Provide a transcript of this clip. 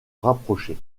rapprocher